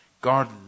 God